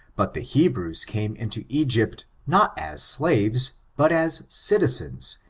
but the hebrews came into egypt, not as staves, but as citizens,